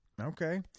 Okay